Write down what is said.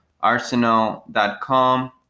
arsenal.com